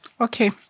Okay